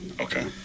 okay